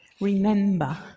Remember